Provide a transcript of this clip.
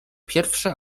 pierwsze